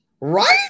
Right